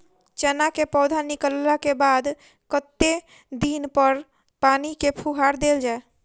चना केँ पौधा निकलला केँ बाद कत्ते दिन पर पानि केँ फुहार देल जाएँ?